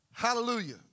Hallelujah